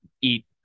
eat